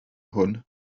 hwn